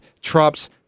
trump's